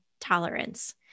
tolerance